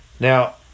Now